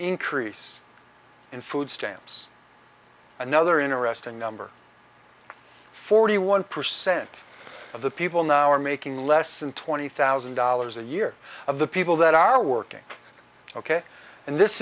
increase in food stamps another interesting number forty one percent of the people now are making less than twenty thousand dollars a year of the people that are working ok and this